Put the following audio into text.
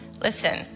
listen